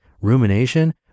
rumination